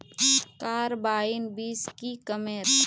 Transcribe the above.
Carbine बीस की कमेर?